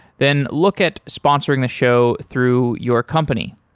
then look at sponsoring the show through your company.